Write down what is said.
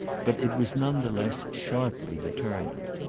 but it was none the less sharply determined.